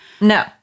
No